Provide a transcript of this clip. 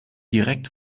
direkt